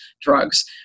drugs